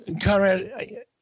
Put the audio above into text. Conrad